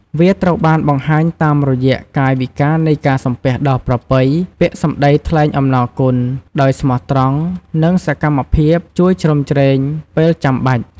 វាត្រូវបានបង្ហាញតាមរយៈ កាយវិការនៃការសំពះដ៏ប្រពៃ, ពាក្យសម្ដីថ្លែងអំណរគុណ ដោយស្មោះត្រង់ និង សកម្មភាពជួយជ្រោមជ្រែង ពេលចាំបាច់។